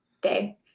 day